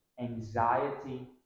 anxiety